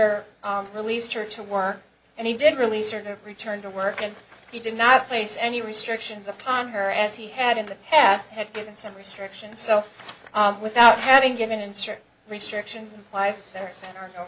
or released or to work and he did release or return to work and he did not place any restrictions upon her as he had in the past had given some restrictions so without having given insert restrictions implies there are no